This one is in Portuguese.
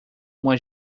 uma